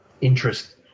interest